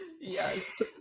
Yes